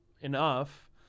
enough